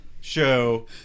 show